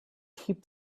keep